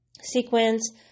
sequence